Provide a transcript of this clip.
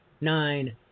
nine